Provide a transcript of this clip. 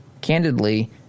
candidly